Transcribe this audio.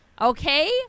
okay